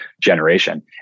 generation